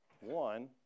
One